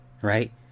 Right